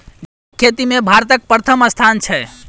जैबिक खेती मे भारतक परथम स्थान छै